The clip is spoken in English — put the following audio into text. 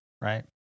Right